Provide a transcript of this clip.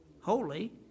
holy